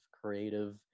creative